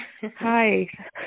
Hi